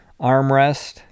armrest